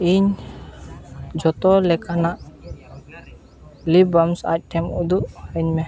ᱤᱧ ᱡᱷᱚᱛᱚ ᱞᱮᱠᱟᱱᱟᱜ ᱞᱤᱯ ᱵᱟᱢᱥ ᱟᱭᱴᱮᱢ ᱩᱫᱩᱜ ᱟᱹᱧᱢᱮ